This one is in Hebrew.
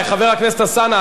חבר הכנסת אלסאנע,